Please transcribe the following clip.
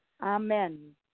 Amen